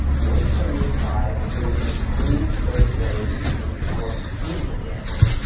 wait to reapply until you've improved those areas to meet or exceed the standards.